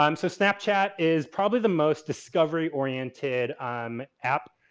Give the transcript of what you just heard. um so, snapchat is probably the most discovery oriented um app.